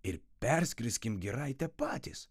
ir perskrisim giraitę patys